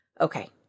Okay